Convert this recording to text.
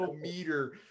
meter